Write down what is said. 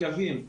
מקווים.